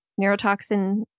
neurotoxin